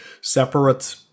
separate